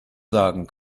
sagen